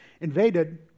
invaded